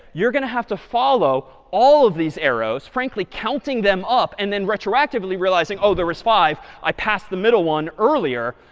you're going to have to follow all of these arrows, frankly counting them up and then retroactively realizing, oh, there was five. i passed the middle one earlier.